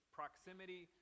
proximity